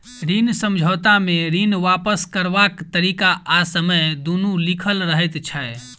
ऋण समझौता मे ऋण वापस करबाक तरीका आ समय दुनू लिखल रहैत छै